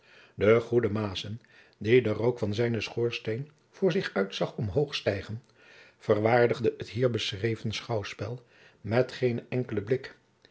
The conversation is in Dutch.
de goede maessen die den rook van zijnen schoorsteen voor zich uit zag omhoog stijgen verwaardigde het hier beschreven schouwspel met geenen enkelen blik